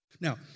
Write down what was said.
Now